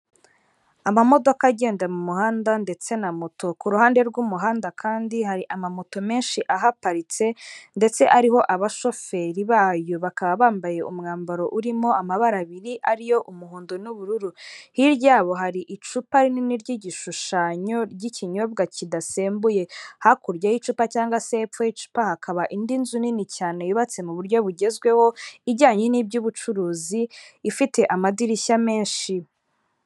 Amamodoka agenda mu muhanda ndetse na moto ku ruhande rw'umuhanda kandi hari amamoto menshi ahaparitse, ndetse ariho abashoferi bayo bakaba bambaye umwambaro urimo amabara abiri ariyo umuhondo n'ubururu. Hirya yabo hari icupa rinini ry'igishushanyo ry'ikinyobwa kidasembuye, hakurya y'icupa cyangwa se hepfo y'icupa hakaba indi nzu nini cyane yubatse mu buryo bugezweho ijyanye n'iby'ubucuruzi ifite amadirishya menshi.